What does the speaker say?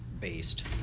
Based